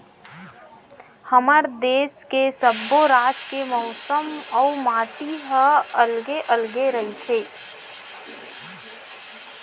हमर देस के सब्बो राज के मउसम अउ माटी ह अलगे अलगे रहिथे